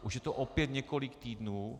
Už je to opět několik týdnů.